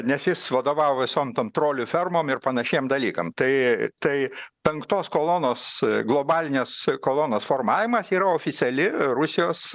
nes jis vadovavo visom tom trolių fermom ir panašiem dalykam tai tai penktos kolonos globalinės kolonos formavimas yra oficiali rusijos